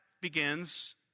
begins